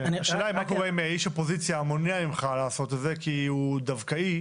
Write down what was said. השאלה מה קורה אם איש אופוזיציה מונע ממך לעשות את זה כי הוא דווקאי.